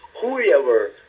Whoever